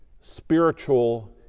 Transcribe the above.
spiritual